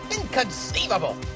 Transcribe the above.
Inconceivable